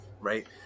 right